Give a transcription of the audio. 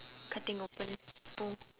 cutting open oh